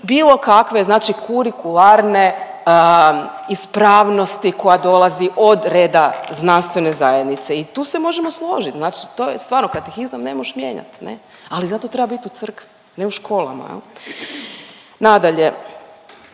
bilo kakve znači kurikularne ispravnosti koja dolazi od reda znanstvene zajednice i tu se možemo složit, znači to je stvarno, Katehizam ne možeš mijenjat ne, ali zato treba bit u crkvi, ne u školama jel. Nadalje,